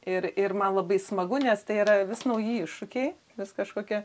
ir ir man labai smagu nes tai yra vis nauji iššūkiai vis kažkokie